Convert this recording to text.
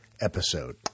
episode